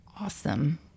awesome